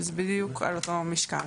שזה בדיוק על אותו משקל.